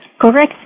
Correct